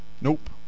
Nope